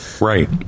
right